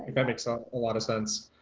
that makes ah a lot of sense.